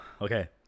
okay